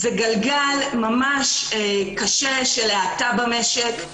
זה גלגל ממש קשה של האטה במשק.